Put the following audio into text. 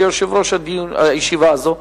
כיושב-ראש הישיבה הזאת,